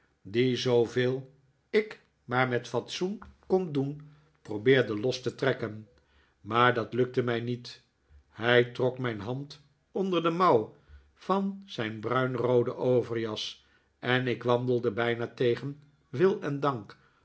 die zooveel ik maar met fatsoen kon doen probeerde los te trekken maar dat lukte mij niet hij trok mijn hand onder de mouw van zijn bruinroode overjas en ik wandelde bijna tegen wil en dank